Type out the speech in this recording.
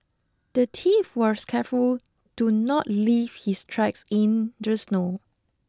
the thief was careful to not leave his tracks in the snow